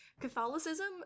Catholicism